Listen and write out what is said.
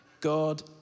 God